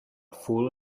fool